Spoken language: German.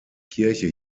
kirche